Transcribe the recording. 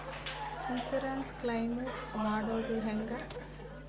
Insurance claim ಮಾಡೋದು ಹೆಂಗ?